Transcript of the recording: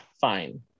fine